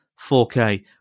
4K